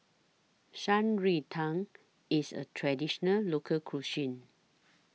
Shan Rui Tang IS A Traditional Local Cuisine